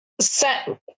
set